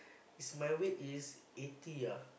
is my weight is eighty ah